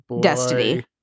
destiny